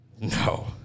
No